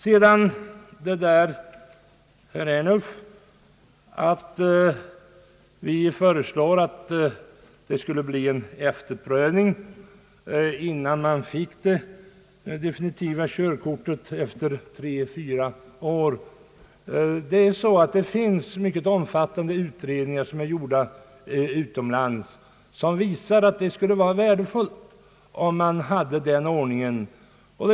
Till herr Ernulf vill jag säga beträffande vårt förslag till en efterprövning innan man får det definitiva körkortet efter tre—fyra år att det finns mycket omfattande utredningar gjorda utomlands som visar att det skulle vara värdefullt med den ordningen.